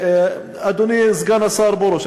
אדוני סגן השר פרוש,